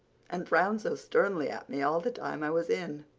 and frowned so sternly at me all the time i was in,